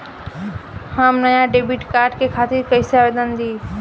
हम नया debit card के खातिर कइसे आवेदन दीं?